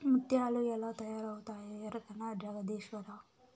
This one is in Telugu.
ముత్యాలు ఎలా తయారవుతాయో ఎరకనా జగదీశ్వరా